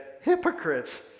hypocrites